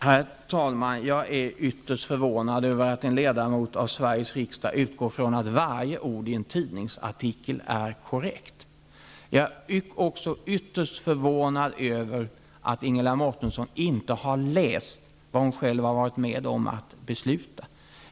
Herr talman! Jag är ytterst förvånad över att en ledamot av Sveriges riksdag utgår från att varje ord i en tidningsartikel är korrekt. Jag är också ytterst förvånad över att Ingela Mårtensson inte har läst vad hon själv har varit med om att besluta.